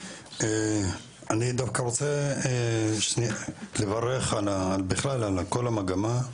אני דווקא רוצה לברך על כל המגמה,